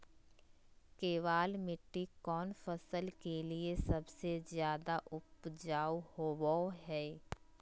केबाल मिट्टी कौन फसल के लिए सबसे ज्यादा उपजाऊ होबो हय?